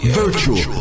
virtual